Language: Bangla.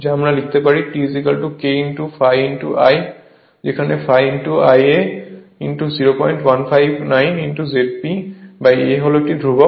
তাই আমরা লিখতে পারি T K ∅ I যেখানে ∅ Ia 0159 ZP A হল একটি ধ্রুবক